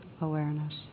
awareness